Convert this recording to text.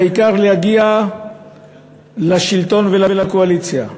והעיקר להגיע לשלטון ולקואליציה.